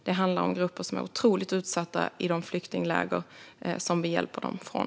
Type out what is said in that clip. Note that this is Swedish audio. Det handlar om grupper som är otroligt utsatta i de flyktingläger som vi hjälper dem från.